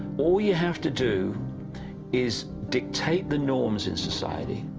all you have to do is dictate the norms in society,